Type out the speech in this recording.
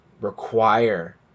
require